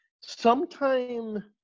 sometime